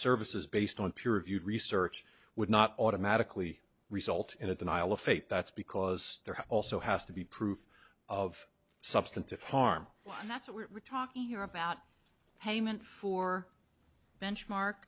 services based on pure reviewed research would not automatically result in a denial of fate that's because there also has to be proof of substantive harm and that's what we're talking about payment for benchmark